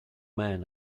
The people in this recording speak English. man